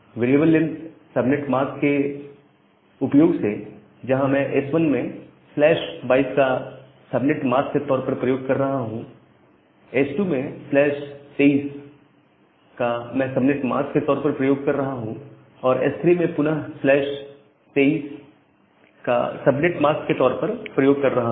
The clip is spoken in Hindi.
वेरिएबल लेंथ सबनेट मास्क के उपयोग से जहां में S1 में 22 का सबनेट मास्क के तौर पर प्रयोग कर रहा हूं S2 में 23 का सबनेट मास्क के तौर पर प्रयोग कर रहा हूं और S3 में पुनः 23 का सबनेट मास्क के तौर पर प्रयोग कर रहा हूं